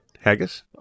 Haggis